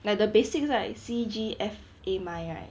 like the basics lah C G F A min right